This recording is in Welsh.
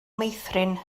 meithrin